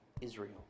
Israel